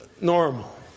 normal